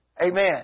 Amen